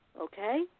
okay